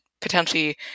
potentially